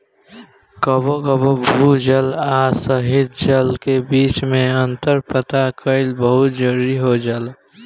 कबो कबो भू जल आ सतही जल के बीच में अंतर पता कईल बहुत जरूरी हो जाला